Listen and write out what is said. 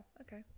okay